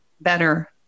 better